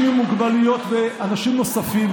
אנשים עם מוגבלויות ואנשים נוספים.